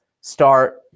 start